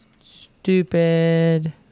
stupid